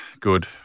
good